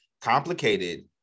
complicated